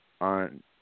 on